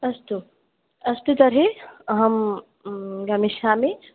अस्तु अस्तु तर्हि अहं गमिष्यामि